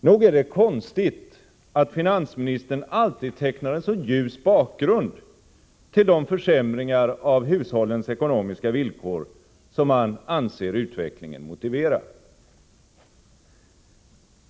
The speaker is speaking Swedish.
Nog är det konstigt att finansministern alltid tecknar en så ljus bakgrund till de försämringar av hushållens ekonomiska villkor som han anser utvecklingen motivera.